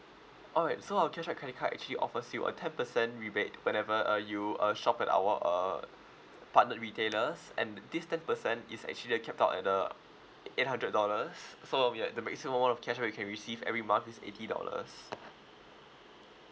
alright so our cashback credit card actually offers you a ten percent rebate whenever uh you uh shop at our uh partner retailers and this ten percent is actually uh capped out at uh eight hundred dollars so we're the maximum amount of cashback you can receive every month is eighty dollars